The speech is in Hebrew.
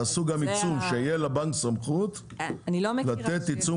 תעשו גם עיצום שתהיה לבנק סמכות לתת עיצום